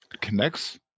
connects